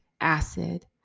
acid